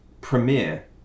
premiere